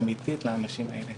אמיתית לאנשים האלה,